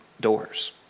doors